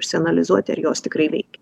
išanalizuoti ar jos tikrai veikia